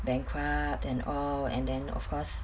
bankrupt and all and then of course